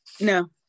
No